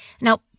Now